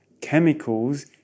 chemicals